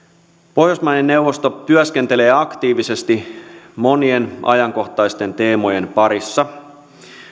pohjoismaiden neuvosto työskentelee aktiivisesti monien ajankohtaisten teemojen parissa